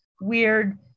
weird